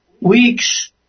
weeks